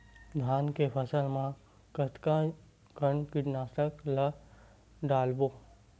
धान के फसल मा कतका कन कीटनाशक ला डलबो?